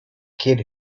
kid